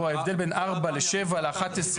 בוא, ההבדל בין 4 ל-7 ל-11.